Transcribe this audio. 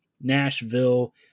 Nashville